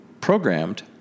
programmed